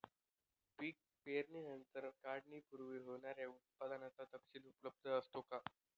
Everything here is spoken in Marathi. पीक पेरणीनंतर व काढणीपूर्वी होणाऱ्या उत्पादनाचा तपशील उपलब्ध असतो का?